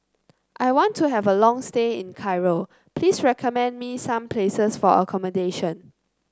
I want to have a long stay in Cairo please recommend me some places for accommodation